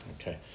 Okay